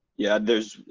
yeah there's,